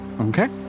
Okay